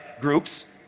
groups